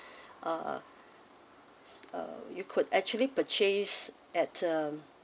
uh uh you could actually purchase at um